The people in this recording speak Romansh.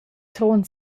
trun